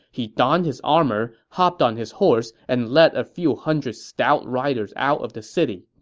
he donned his armor, hopped on his horse, and led a few hundred stout riders out of the city.